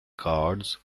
cards